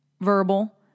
verbal